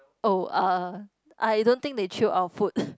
oh uh I don't think they chew our food